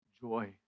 joy